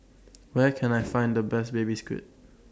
Where Can I Find The Best Baby Squid